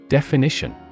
Definition